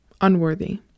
unworthy